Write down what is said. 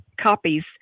copies